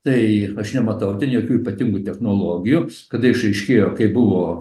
tai aš nematau jokių ypatingų technologijų kada išaiškėjo kaip buvo